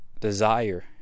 desire